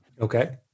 okay